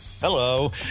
Hello